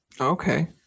Okay